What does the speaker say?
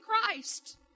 Christ